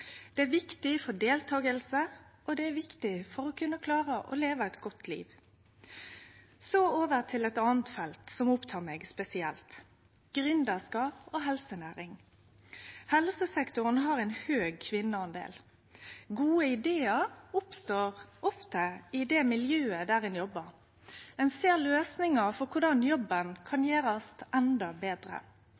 Det er viktig for deltaking, og det er viktig for å kunne klare å leve eit godt liv. Så over til eit anna felt som opptek meg spesielt: gründerskap og helsenæring. Det er mange kvinner i helsesektoren. Gode idear oppstår ofte i det miljøet der ein jobbar. Ein ser løysingar for på kva måte jobben kan bli gjort endå betre.